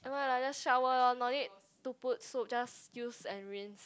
nevermind lah just shower lor no need to put soap just use and rinse